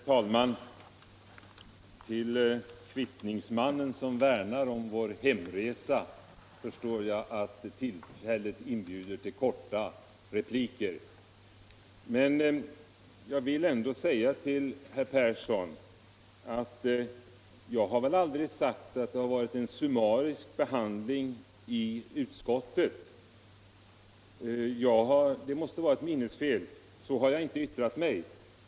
Herr talman! För kvittningsmannen som värnar om vår hemresa förstår jag att tillfället inbjuder till korta repliker. Men jag vill ändå säga till herr Persson i Heden att jag aldrig påstått att behandlingen i utskottet varit summarisk. Det måste vara ett minnesfel. Så har jag inte uttryckt mig.